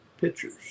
pictures